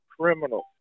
criminal